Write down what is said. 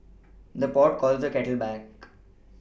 the pot calls the kettle black